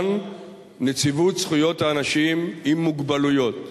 נציבות שוויון זכויות לאנשים עם מוגבלות.